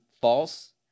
false